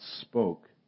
spoke